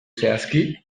zehazki